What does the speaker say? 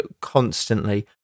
constantly